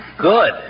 Good